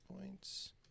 points